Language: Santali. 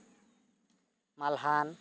ᱢᱟᱞᱦᱟᱱ